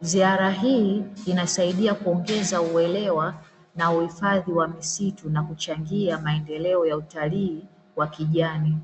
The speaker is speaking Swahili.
Ziara hii inasaidia kuongeza uelewa na uhifadhi wa misitu na kuchangia maendeleo ya utalii wa kijani.